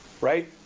right